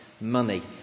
money